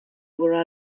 were